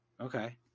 Okay